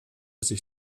sich